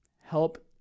help